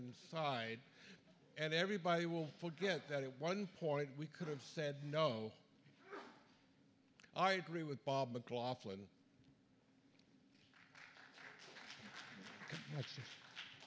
inside and everybody will forget that one point we could have said no i agree with bob mclachlan